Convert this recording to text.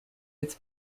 its